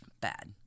Bad